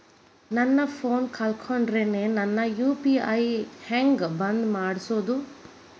ನನ್ನ ಫೋನ್ ಕಳಕೊಂಡೆನ್ರೇ ನನ್ ಯು.ಪಿ.ಐ ಐ.ಡಿ ಹೆಂಗ್ ಬಂದ್ ಮಾಡ್ಸೋದು?